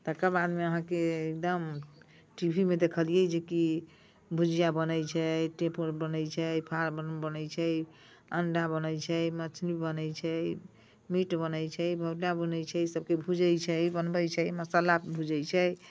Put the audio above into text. तकर बादमे अहाँके एकदम टी वी मे देखलियै जेकि भुजिया बनैत छै टिपोर बनैत छै फार बनैत छै अंडा बनैत छै मछली बनैत छै मीट बनैत छै बोंडा बनैत छै ईसभके भूजैत छै बनबैत छै मसाला भूजैत छै